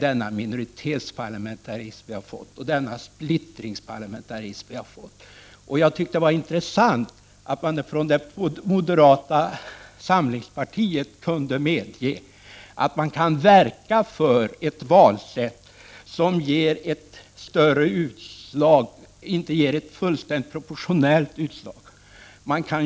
Den minoritetsparlamentarism och splittringsparlamentarism som vi har fått är verkligen ett problem. Jag tyckte att det var intressant att man från moderat håll kunde medge att man kan verka för ett valsätt som inte ger ett fullständigt proportionellt utslag.